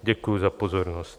Děkuji za pozornost.